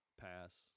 pass